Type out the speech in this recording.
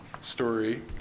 story